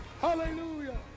Hallelujah